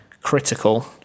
critical –